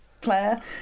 player